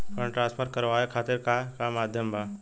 Fund transfer करवाये खातीर का का माध्यम बा?